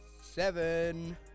seven